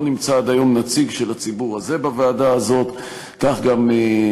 שלא היית חלק בהחלטה הזאת אלא רק לאחר שהיא הוחלטה.